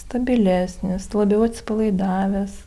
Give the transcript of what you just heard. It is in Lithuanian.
stabilesnis labiau atsipalaidavęs